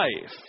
life